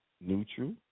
Neutral